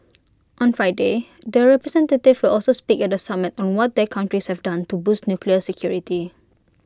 on Friday the representative also speak at the summit on what their countries have done to boost nuclear security